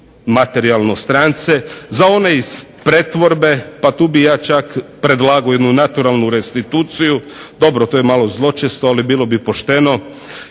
za one iz pretvorbe, pa tu bih ja čak predlagao jednu naturalnu restituciju, dobro to je malo zločesto, ali bilo bi pošteno.